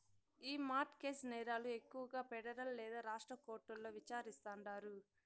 ఈ mortgage నేరాలు ఎక్కువగా పెడరల్ లేదా రాష్ట్ర కోర్టుల్ల విచారిస్తాండారు